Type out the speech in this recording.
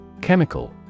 Chemical